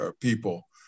people